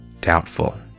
doubtful